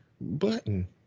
button